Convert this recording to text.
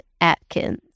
Atkins